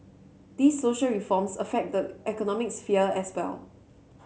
these social reforms affect the economic sphere as well